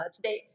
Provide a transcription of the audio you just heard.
Today